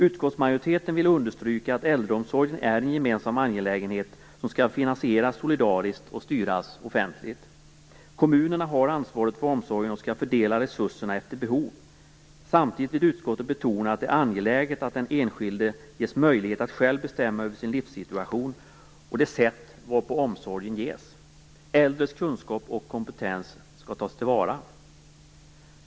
Utskottsmajoriteten vill understryka att äldreomsorgen är en gemensam angelägenhet som skall finansieras solidariskt och styras offentligt. Kommunerna har ansvaret för omsorgen och skall fördela resurserna efter behov. Samtidigt vill utskottet betona att det är angeläget att den enskilde ges möjlighet att själv bestämma över sin livssituation och det sätt varpå omsorgen ges. Äldres kunskap och kompetens skall tas till vara.